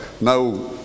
no